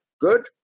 Good